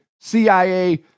cia